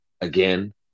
again